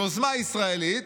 יוזמה ישראלית,